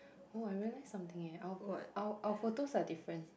oh I realise something eh our our our photos are different